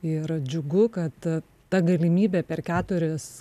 ir džiugu kad ta galimybė per keturias